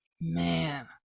Man